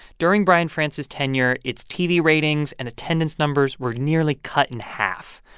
during brian france's tenure, its tv ratings and attendance numbers were nearly cut in half.